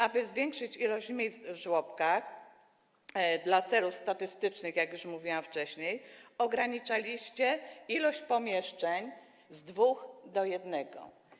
Aby zwiększyć ilość miejsc w żłobkach, dla celów statystycznych, jak już mówiłam wcześniej, ograniczyliście ilość pomieszczeń z dwóch do jednego.